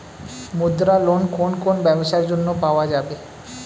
মুদ্রা লোন কোন কোন ব্যবসার জন্য পাওয়া যাবে?